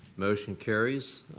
motion carries.